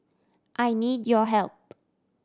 I need your help